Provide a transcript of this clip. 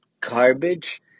garbage